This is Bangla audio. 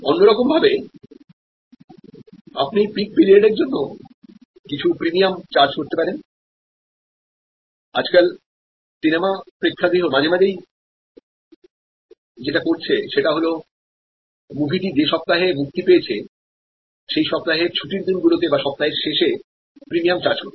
অন্য রকম ভাবে আপনি পিক পিরিয়ডের জন্য কিছু প্রিমিয়াম চার্জ করতে পারেনআজকাল সিনেমা প্রেক্ষাগৃহ মাঝেমাঝেই যেটা করছে সেটা হল মুভিটি যে সপ্তাহে মুক্তি পেয়েছে সেই সপ্তাহের ছুটির দিনগুলোতে বা সপ্তাহের শেষে প্রিমিয়াম চার্জ করছে